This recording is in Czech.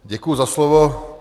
Děkuji za slovo.